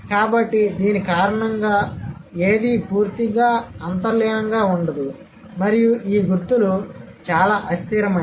కాబట్టి దీని కారణంగా ఏదీ పూర్తిగా అంతర్లీనంగా ఉండదు మరియు ఈ గుర్తులు చాలా అస్థిరమైనవి